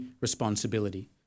responsibility